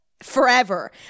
forever